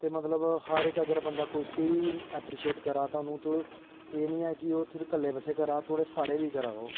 ते मतलब हर इक अगर बंदा कोई स्हेई अप्रीशीएट करा दा थाह्नूं तो एह् निं ऐ कि थुआढ़े कल्लै बास्तै करा दा ओह् सारें लेई करा दा ओह्